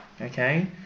Okay